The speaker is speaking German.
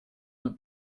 nur